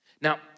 Now